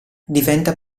diventa